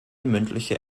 mündliche